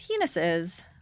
penises